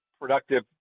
productive